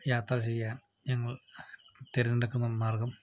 യാത്ര ചെയ്യാൻ ഞങ്ങൾ തിരഞ്ഞെടുക്കുന്ന മാർഗ്ഗം